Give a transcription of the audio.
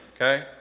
okay